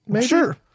Sure